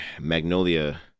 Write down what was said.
Magnolia